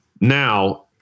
Now